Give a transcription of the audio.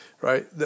right